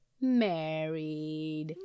married